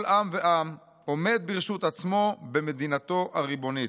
עם ועם עומד ברשות עצמו במדינתו הריבונית.